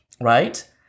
right